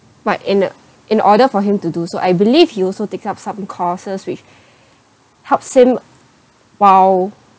but in uh in order for him to do so I believe he also take up some courses which helps him while